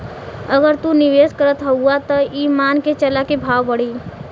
अगर तू निवेस करत हउआ त ई मान के चला की भाव बढ़ी